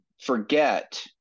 forget